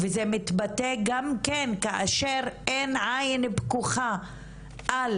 וזה מתבטא גם כן כאשר אין עין פקוחה על